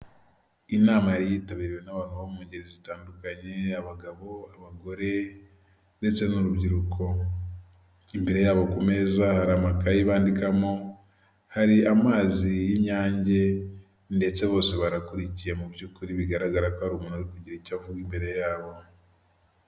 Inama yari yitabiriwe n'abantu bo mu ngeri zitandukanye, abagabo, abagore ndetse n'urubyiruko, imbere yabo ku meza hari amakayi bandikamo, hari amazi y'inyange ndetse bose barakurikiye mu by'ukuri, bigaragara ko ari umuntu uri kugira icyo avuga imbere yabo.